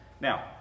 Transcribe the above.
Now